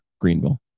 Greenville